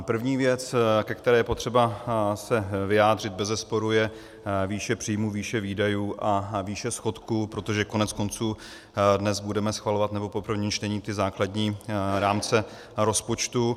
První věc, ke které je potřeba se vyjádřit, bezesporu je výše příjmů, výše výdajů a výše schodku, protože koneckonců dnes budeme schvalovat, nebo po prvním čtení, ty základní rámce rozpočtu.